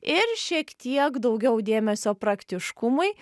ir šiek tiek daugiau dėmesio praktiškumui